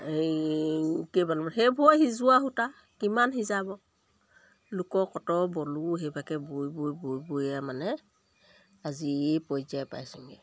এই সেই বৈ সিজোৱা সূতা কিমান সিজাব লোকৰ কট বলো সেইবাকে বৈ বৈ বৈ বৈয়ে মানে আজি এই পৰ্যায় পাইছোঁ